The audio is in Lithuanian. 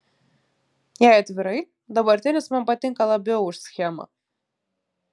jei atvirai dabartinis man patinka labiau už schemą